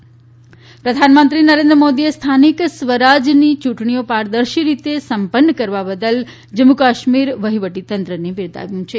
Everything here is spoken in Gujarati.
પીએમ જમ્મુ કાશ્મીર પ્રધાનમંત્રી નરેન્દ્ર મોદીએ સ્થાનિક સ્વરાજ ચૂંટણીઓ પારદર્શી રીતે સંપન્ન કરવા બદલ જમ્મુ કાશ્મીર વહીવટીતંત્રને બિરદાવ્યું છે